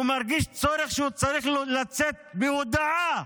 הוא מרגיש צורך להוציא הודעה,